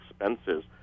expenses